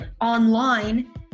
online